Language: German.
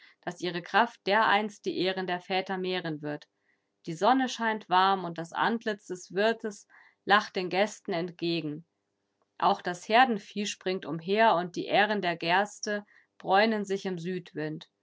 daß ihre kraft dereinst die ehren der väter mehren wird die sonne scheint warm und das antlitz des wirtes lacht den gästen entgegen auch das herdenvieh springt umher und die ähren der gerste bräunen sich im südwind